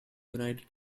united